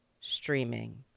streaming